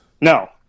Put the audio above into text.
No